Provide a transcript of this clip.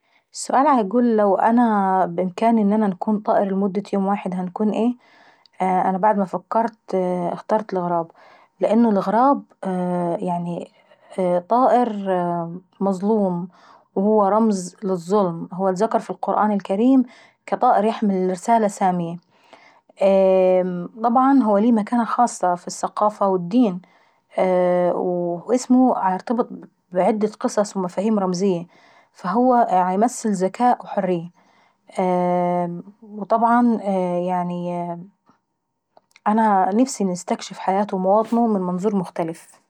السؤال عيقول لو انا بامكاني ان نكون طائر لمدة يوم واحدة هنكون ايه؟ بعد ما فكرت اخترت ان انا نكون الغراب. الغراب يعني طائر مظلوم وهو رمو للظلم وهو أتذكر في القران الكريم كطائر يحمل رسالة سامية. وطبعا هو ليه مكانة خاصة في الثقافة والدين واسمه بيرتبط بعدة قصص ومفايهم رمزية. فهو بيمثل ذكاء وحرية وطبعا انا نفسي نستكشف حياته ومواطنه من منظور مختلف.